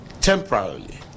temporarily